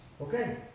okay